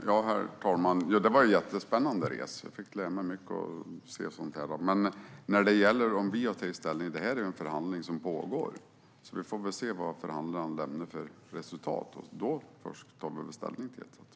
Herr talman! Det var en jättespännande resa. Jag fick lära mig mycket av att se sådant. När det gäller om vi har tagit ställning är det en förhandling som pågår. Vi får se vad förhandlaren lämnar för resultat. Då först tar vi ställning till det.